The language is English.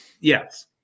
yes